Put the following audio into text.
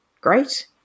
great